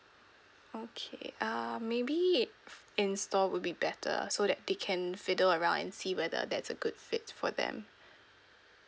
okay uh maybe in store will be better so that they can fiddle around and see whether that's a good fit for them